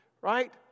right